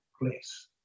place